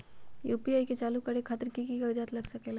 UPI के चालु करे खातीर कि की कागज़ात लग सकेला?